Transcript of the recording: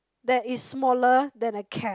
that is smaller than a cat